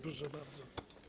Proszę bardzo.